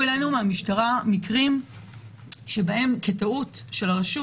אלינו מהמשטרה מקרים שבהם בגלל טעות של הרשות